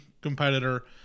competitor